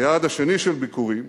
היעד השני של ביקורי,